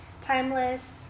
timeless